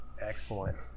Excellent